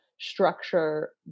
structure